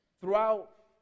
Throughout